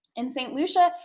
in saint lucia,